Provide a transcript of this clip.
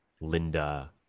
Linda